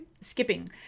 skipping